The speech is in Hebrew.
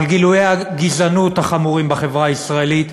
על גילויי הגזענות החמורים בחברה הישראלית,